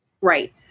Right